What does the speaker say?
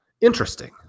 interesting